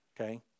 Okay